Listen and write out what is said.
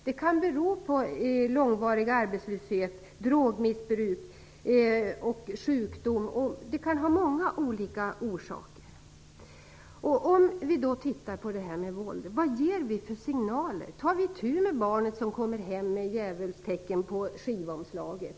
Det kan bero på långvarig arbetslöshet, drogmissbruk och sjukdom. Det kan ha många olika orsaker. Vad ger vi, om vi tittar på det här med våldet, för signaler? Tar vi itu med barnet som kommer hem med djävulstecken på skivomslaget?